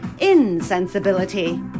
insensibility